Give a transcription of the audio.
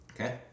Okay